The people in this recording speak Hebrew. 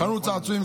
חנות צעצועים,